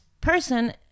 person